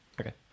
Okay